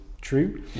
true